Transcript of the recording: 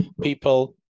people